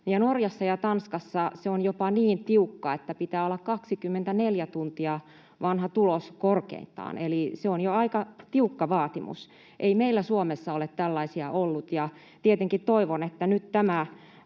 Norjassa ja Tanskassa on jopa niin tiukkaa, että pitää olla 24 tuntia vanha tulos korkeintaan, eli se on jo aika tiukka vaatimus. Ei meillä Suomessa ole tällaisia ollut, ja tietenkin toivon, että nyt tämä